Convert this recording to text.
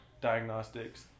diagnostics